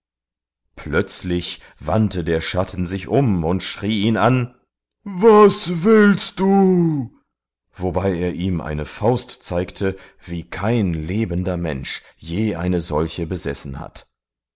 plötzlich wandte der schatten sich um und schrie ihn an was willst du wobei er ihm eine faust zeigte wie kein lebender mensch je eine solche besessen hat